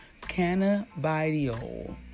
cannabidiol